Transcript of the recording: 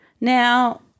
Now